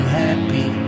happy